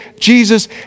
Jesus